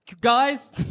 guys